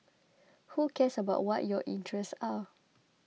who cares about what your interests are